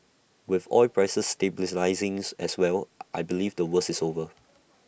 with oil prices stabilising as well I believe the worst is over